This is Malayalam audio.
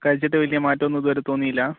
കഴിച്ചിട്ട് വലിയ മറ്റമൊന്നും ഇതുവരെ തോന്നിയില്ല